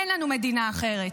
אין לנו מדינה אחרת.